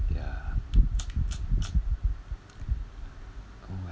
ya oh well